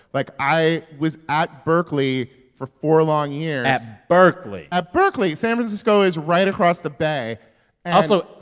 like, i was at berkeley for four long years at berkeley at berkeley san francisco is right across the bay also,